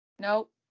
Nope